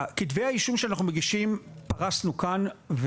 את כתבי האישום שאנחנו מגישים פרסנו כאן,